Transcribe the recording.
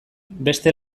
beste